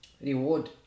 reward